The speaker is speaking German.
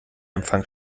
empfang